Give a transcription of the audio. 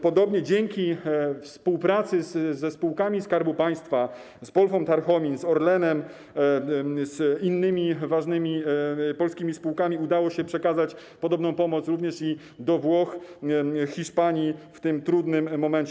Podobnie dzięki współpracy ze spółkami Skarbu Państwa, z Polfą Tarchomin, z Orlenem, z innymi ważnymi polskimi spółkami, udało się przekazać podobną pomoc również do Włoch, do Hiszpanii w tym trudnym momencie.